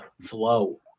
flow